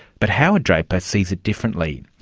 but howard draper sees it differently.